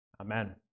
amen